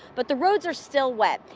but the roads are still wet.